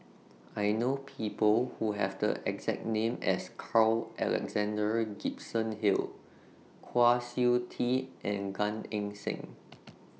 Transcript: I know People Who Have The exact name as Carl Alexander Gibson Hill Kwa Siew Tee and Gan Eng Seng